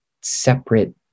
separate